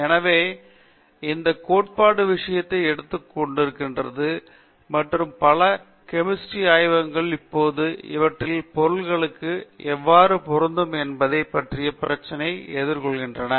எனவே இந்த கோட்பாடு விஷயத்தை எடுத்துக் கொண்டிருக்கிறது மற்றும் பல கெமிஸ்ட்ரி ஆய்வகங்கள் இப்போது அவற்றின் பொருள்களுக்கு எவ்வாறு பொருந்தும் என்பதைப் பற்றிய பிரச்சினையை எதிர்கொள்கின்றன